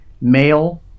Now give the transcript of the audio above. male